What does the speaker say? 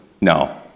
No